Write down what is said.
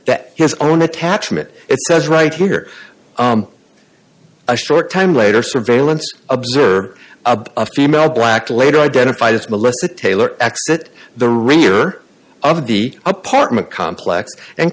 that his own attachment it says right here a short time later surveillance observed a female black later identified as melissa taylor exit the rear of the apartment complex and